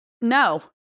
No